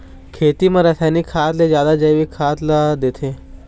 खेती म रसायनिक खाद ले जादा जैविक खाद ला देथे